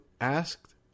asked